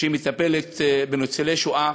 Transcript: שמטפלת בניצולי שואה,